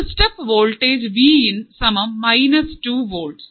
ഒരു step voltage V in സമം minus two volts